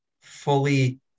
fully